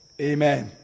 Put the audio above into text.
Amen